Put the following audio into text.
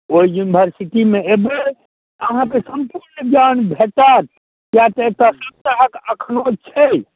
ओहि इन्भरसिटीमे अएबै तऽ अहाँके सम्पूर्ण ज्ञान भेटत किएक तऽ एतऽ ओहि तरहके एखनहुँ छै